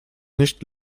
nicht